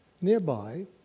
Nearby